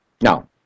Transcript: Now